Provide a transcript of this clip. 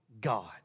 God